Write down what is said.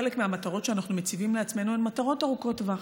חלק מהמטרות שאנחנו מציבים לעצמנו הן מטרות ארוכות טווח.